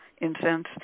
incense